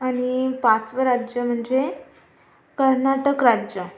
आणि पाचवं राज्य म्हणजे कर्नाटक राज्य